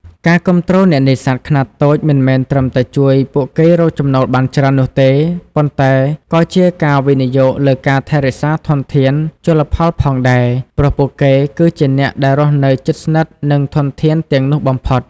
ការគាំទ្រអ្នកនេសាទខ្នាតតូចមិនមែនត្រឹមតែជួយពួកគេរកចំណូលបានច្រើននោះទេ ប៉ុន្តែវាក៏ជាការវិនិយោគលើការថែរក្សាធនធានជលផលផងដែរ ព្រោះពួកគេគឺជាអ្នកដែលរស់នៅជិតស្និទ្ធនឹងធនធានទាំងនោះបំផុត។